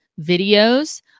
videos